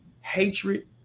hatred